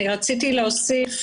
רציתי להוסיף